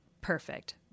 perfect